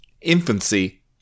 infancy